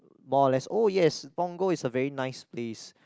more less oh yes Punggol is a very nice place